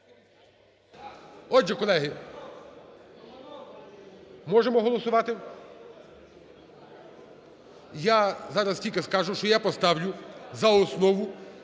Отже, колеги, можемо голосувати? Я зараз тільки скажу, що я поставлю за основу